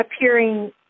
appearing